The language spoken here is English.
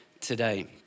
today